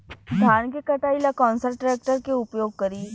धान के कटाई ला कौन सा ट्रैक्टर के उपयोग करी?